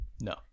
No